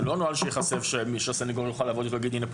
זה לא נוהל שייחשף שהסניגור יוכל לבוא ולומר שהנה,